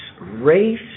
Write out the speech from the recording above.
race